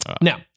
Now